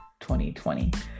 2020